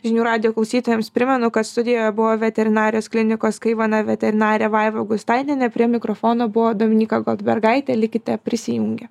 žinių radijo klausytojams primenu kad studijoje buvo veterinarijos klinikos kaivana veterinarė vaiva gustaitienė prie mikrofono buvo dominyka goldbergaitė likite prisijungę